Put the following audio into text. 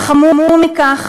וחמור מכך,